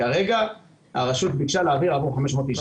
כרגע הרשות ביקשה להעביר עבור 500 איש,